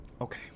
Okay